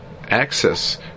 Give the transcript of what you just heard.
access